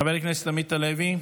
חבר הכנסת עמית הלוי,